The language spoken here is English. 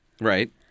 Right